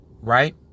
Right